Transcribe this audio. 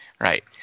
Right